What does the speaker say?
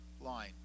line